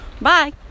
Bye